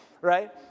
right